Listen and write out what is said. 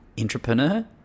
entrepreneur